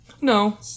No